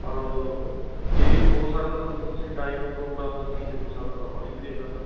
ਪਰ ਜੇ ਹੋ ਸਕਦਾ ਤਾਂ ਤੁਸੀਂ ਟਾਈਮ ਪ੍ਰੋਗਰਾਮ ਦਾ ਚੇਂਜ ਹੋ ਸਕਦਾ ਤਾਂ ਬਾਹਲੀ ਵਧੀਆ ਗੱਲ ਆ